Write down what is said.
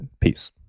Peace